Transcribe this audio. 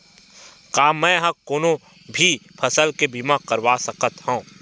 का मै ह कोनो भी फसल के बीमा करवा सकत हव?